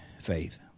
faith